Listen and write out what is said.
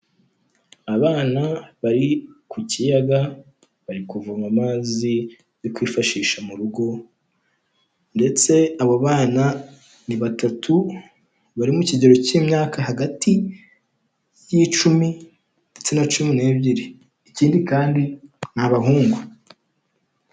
Abana bari ku kiyaga, bari kuvoma amazi yo kwifashisha mu rugo, ndetse abo bana ni batatu bari mu kigero cy'imyaka hagati y'icumi ndetse na cumi n'ebyiri, ikindi kandi ni abahungu.